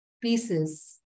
pieces